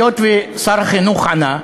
היות ששר החינוך ענה,